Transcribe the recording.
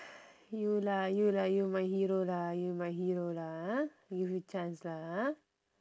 you lah you lah you my hero lah you my hero lah ah give you chance lah ah